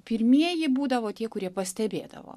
pirmieji būdavo tie kurie pastebėdavo